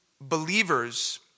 believers